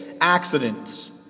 accidents